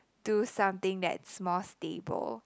do something that's more stable